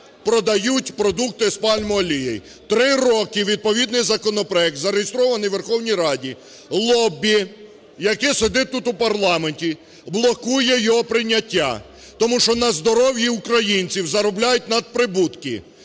продають продукти з пальмовою олією. Три роки відповідний законопроект, зареєстрований у Верховній Раді, лобі, яке сидить тут у парламенті, блокує його прийняття. Тому що на здоров'я українців заробляють надприбутки,